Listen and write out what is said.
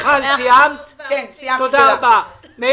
אדוני